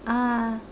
ah